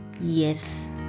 yes